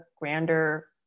grander